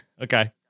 okay